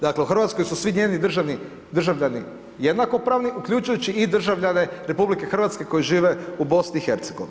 Dakle, u Hrvatskoj su svi njeni državljani jednakopravni, uključujući i državljane RH koji žive u BIH.